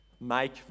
Make